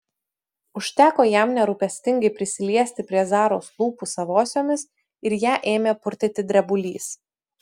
užteko jam nerūpestingai prisiliesti prie zaros lūpų savosiomis ir ją ėmė purtyti drebulys